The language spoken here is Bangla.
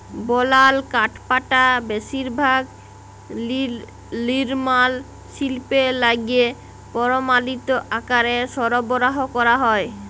বলাল কাঠপাটা বেশিরভাগ লিরমাল শিল্পে লাইগে পরমালিত আকারে সরবরাহ ক্যরা হ্যয়